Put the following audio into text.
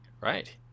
right